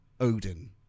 Odin